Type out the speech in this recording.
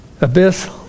Abyss